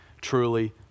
truly